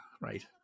right